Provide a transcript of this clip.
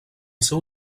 seu